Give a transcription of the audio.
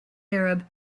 arab